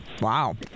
wow